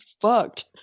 fucked